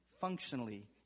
functionally